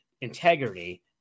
integrity